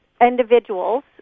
individuals